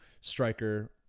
striker